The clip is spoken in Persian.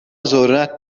ذرت